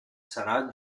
sarà